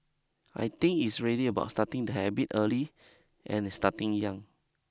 I think it's really about starting the habit early and starting young